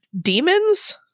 demons